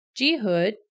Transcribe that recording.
Jehud